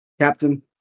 captain